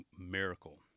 miracle